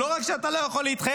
ולא רק שאתה לא יכול להתחייב,